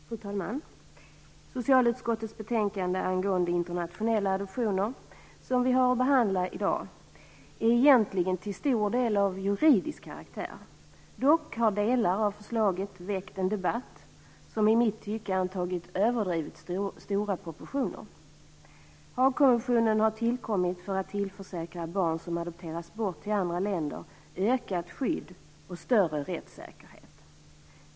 Fru talman! Socialutskottets betänkande angående internationella adoptioner, som vi har att behandla i dag, är egentligen till stor del av juridisk karaktär. Dock har delar av förslaget väckt en debatt som i mitt tycke antagit överdrivet stora proportioner. Haagkonventionen har tillkommit för att tillförsäkra barn som adopteras bort till andra länder ökat skydd och större rättssäkerhet.